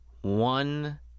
one